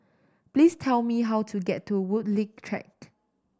please tell me how to get to Woodleigh Track